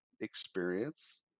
experience